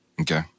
Okay